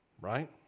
right